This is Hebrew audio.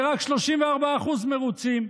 ורק 34% מרוצים.